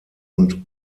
und